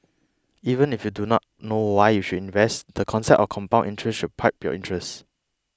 even if you do not know why you should invest the concept of compound interest should pipe your interest